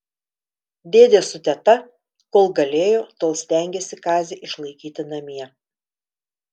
dėdė su teta kol galėjo tol stengėsi kazį išlaikyti namie